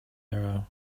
error